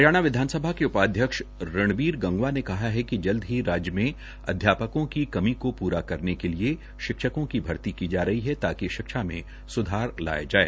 हरियाणा विधानसभा के उपाध्यक्ष रणबीर गंगवा ने कहा है कि जल्द ही राज्य में अध्यापकों की कमी को पूरा करने के लिए शिक्षकों की भर्ती की जा रही है ताकि शिक्षा में स्धार लाया जाए